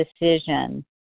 decision